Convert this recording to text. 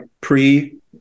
pre